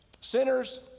sinners